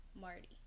Marty